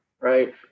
right